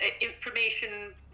information